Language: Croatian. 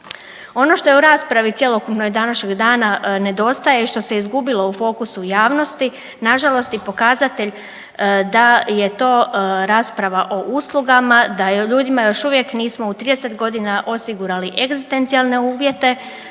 Ono što u raspravi cjelokupnoj današnjeg dana nedostaje, što se izgubilo u fokusu javnosti, nažalost i pokazatelj da je to rasprava o uslugama, da ljudima još uvijek nismo u 30.g. osigurali egzistencijalne uvjete,